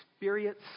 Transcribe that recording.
experience